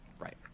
Right